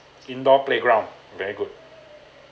indoor playground very good